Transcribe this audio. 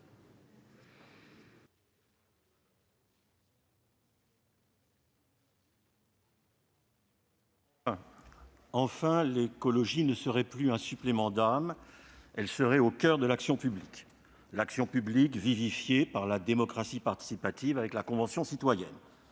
Enfin, l'écologie ne serait plus un supplément d'âme : elle serait au coeur de l'action publique, elle-même vivifiée par la démocratie participative avec la Convention citoyenne.